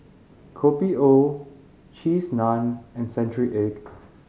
Kopi O Cheese Naan and century egg